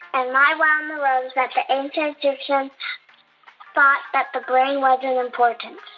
and my wow in the world is that the ancient egyptians thought that the brain wasn't important